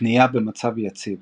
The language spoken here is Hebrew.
פנייה במצב יציב